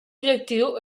objectiu